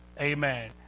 Amen